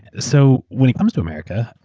so when he comes to america,